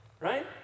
right